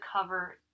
cover